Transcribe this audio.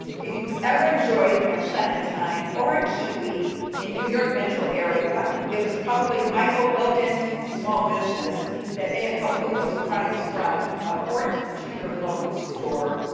if you've ever enjoyed a clementine or a kiwi in new york metro area, it was probably michael miqueli's small business that may have helped moved those products from a port to your local store.